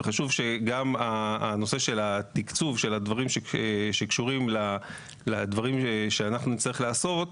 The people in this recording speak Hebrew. חשוב שגם הנושא של התקצוב של הדברים שקשורים לדברים שאנחנו נצטרך לעשות,